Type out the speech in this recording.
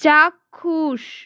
চাক্ষুষ